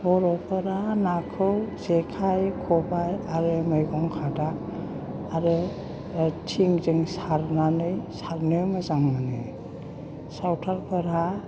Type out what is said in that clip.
बर'फोरा नाखौ जेखाइ खबाइ आरो मैगं खादा आरो थिंजों सारनानै सारनो मोजां मोनो सावथालफोरा